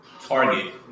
Target